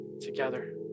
together